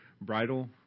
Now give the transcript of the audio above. bridal